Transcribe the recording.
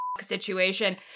situation